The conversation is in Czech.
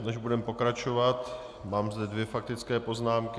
Než budeme pokračovat, mám zde dvě faktické poznámky.